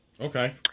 Okay